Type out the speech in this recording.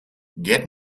get